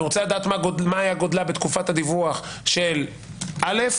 רוצה לדעת מה היה גודלה בתקופת הדיווח של א',